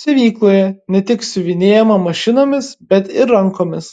siuvykloje ne tik siuvinėjama mašinomis bet ir rankomis